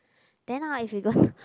then now if you go